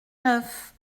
neuf